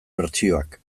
bertsioak